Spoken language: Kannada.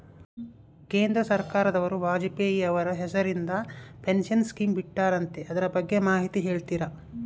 ಕೇಂದ್ರ ಸರ್ಕಾರದವರು ವಾಜಪೇಯಿ ಅವರ ಹೆಸರಿಂದ ಪೆನ್ಶನ್ ಸ್ಕೇಮ್ ಬಿಟ್ಟಾರಂತೆ ಅದರ ಬಗ್ಗೆ ಮಾಹಿತಿ ಹೇಳ್ತೇರಾ?